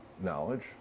knowledge